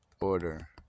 order